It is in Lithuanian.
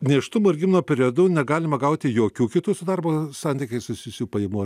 nėštumo ir gimdymo periodu negalima gauti jokių kitų su darbo santykiais susijusių pajamų